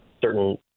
certain